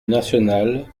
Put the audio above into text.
nationale